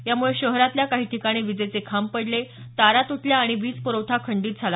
यामुळे शहरातल्या काही ठिकाणी विजेचे खांब पडले तारा त्रटल्या आणि वीज प्रवठा खंडित झाला